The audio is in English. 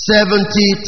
Seventy